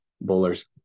bowlers